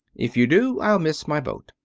if you do i'll miss my boat.